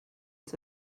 its